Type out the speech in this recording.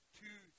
two